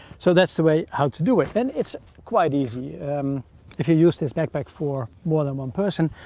so that's the way how to do it. then it's quite easy if you use this backpack for more than one person,